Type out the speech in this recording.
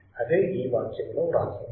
అదే ఈ వాక్యములో వ్రాసి ఉంది